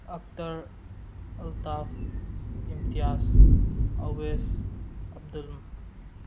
Akhtar Altaf Imtiyaz Awais Abdul